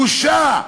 בושה.